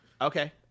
okay